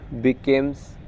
becomes